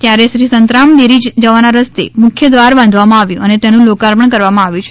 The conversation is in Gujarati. ત્યારે શ્રી સંતરામ દેરી જવાના રસ્તે મુખ્ય દ્વાર બાંધવામાં આવ્યું અને તેનું લોકાર્પણ કરવામાં આવ્યું છે